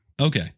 Okay